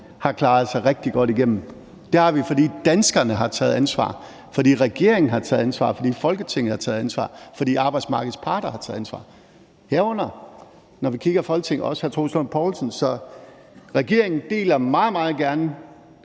har klaret sig rigtig godt igennem, og det har Danmark, fordi danskerne har taget ansvar, fordi regeringen har taget ansvar, fordi Folketinget har taget ansvar, fordi arbejdsmarkedets parter har taget ansvar – herunder også, når vi kigger på Folketinget, hr. Troels Lund Poulsen. Så regeringen deler meget, meget gerne